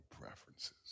preferences